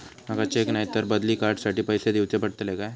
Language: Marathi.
माका चेक नाय तर बदली कार्ड साठी पैसे दीवचे पडतले काय?